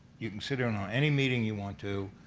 you can sit in on on any meeting you want to,